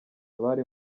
bari